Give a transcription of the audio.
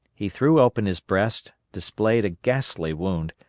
he threw open his breast, displayed a ghastly wound,